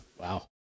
Wow